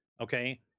okay